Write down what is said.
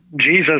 Jesus